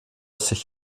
sich